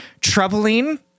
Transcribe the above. troubling